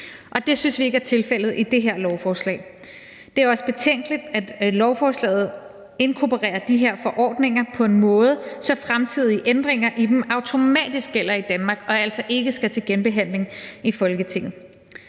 Det synes vi ikke er tilfældet i det her lovforslag. Det er også betænkeligt, at lovforslaget inkorporerer de her forordninger på en måde, hvor fremtidige ændringer i dem automatisk gælder i Danmark og altså ikke skal til genbehandling i Folketinget.